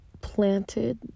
planted